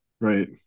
Right